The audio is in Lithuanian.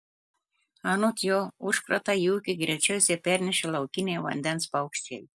anot jo užkratą į ūkį greičiausiai pernešė laukiniai vandens paukščiai